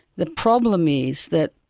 the problem is that,